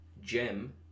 gem